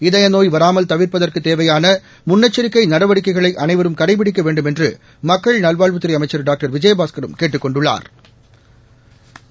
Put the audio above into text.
இதய நோய் வராமல் தவிா்ப்பதற்குத் தேவையான முன்னெச்சிக்கை நடவடிக்கைகளை அனைவரும் கடைபிடிக்க வேண்டுமென்று மக்கள் நல்வாழ்வுத்துறை அமைச்சள் டாக்டர் விஜயபாஸ்கள் கேட்டுக் கொண்டுள்ளாா்